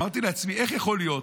אמרתי לעצמי: איך יכול להיות